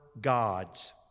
gods